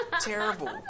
terrible